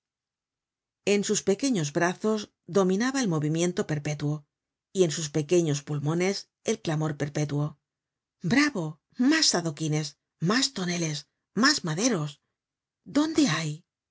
en sus pequeños brazos dominaba el movimiento perpetuo y en sus pequeños pulmones el clamor perpetuo bravo mas adoquines mas toneles mas maderos dónde hay